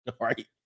right